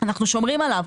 אנחנו שומרים עליו,